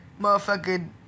motherfucking